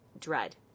dread